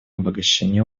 обогащение